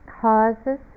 causes